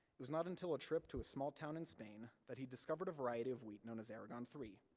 it was not until a trip to a small town in spain, that he discovered a variety of wheat known as aragon three,